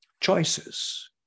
Choices